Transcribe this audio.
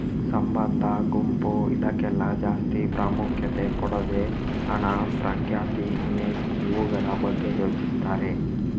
ಸಂಬಂಧ, ಗುಂಪು ಇದ್ಕೆಲ್ಲ ಜಾಸ್ತಿ ಪ್ರಾಮುಖ್ಯತೆ ಕೊಡದೆ ಹಣ, ಪ್ರಖ್ಯಾತಿ, ಇಮೇಜ್ ಇವುಗಳ ಬಗ್ಗೆ ಯೋಚಿಸ್ತಾರೆ